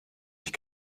ich